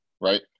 right